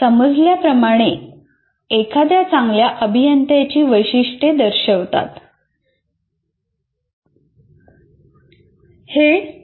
समजल्याप्रमाणे एखाद्या चांगल्या अभियंत्याची वैशिष्ट्ये दर्शवतात